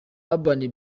urban